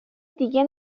دیگه